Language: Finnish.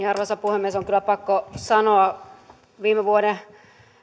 arvoisa puhemies on kyllä pakko sanoa että viime vuoden